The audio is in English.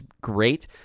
great